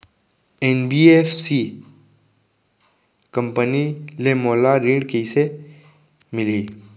NBFC company ले मोला ऋण कइसे मिलही?